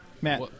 Matt